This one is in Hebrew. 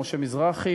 משה מזרחי,